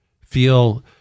feel